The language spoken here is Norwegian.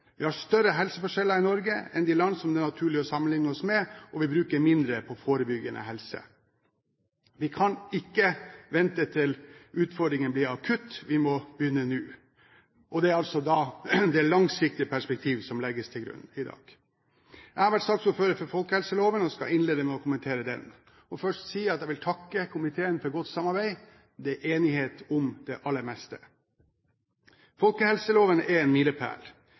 Vi har større helseforskjeller i Norge enn det de har i land det er naturlig å sammenlikne oss med, og vi bruker mindre på forebyggende helse. Vi kan ikke vente til utfordringen blir akutt, vi må begynne nå. Det er det langsiktige perspektiv som legges til grunn i dag. Jeg har vært saksordfører for folkehelseloven og skal innlede med å kommentere den. Jeg vil først takke komiteen for godt samarbeid. Det er enighet om det aller meste. Folkehelseloven er en milepæl.